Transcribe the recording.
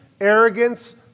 arrogance